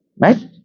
right